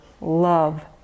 love